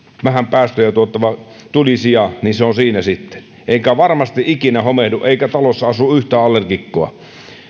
vähän päästöjä tuottava tulisija niin se on siinä sitten eikä varmasti ikinä homehdu eikä talossa asu yhtään allergikkoa